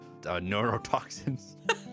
neurotoxins